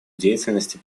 деятельности